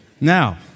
Now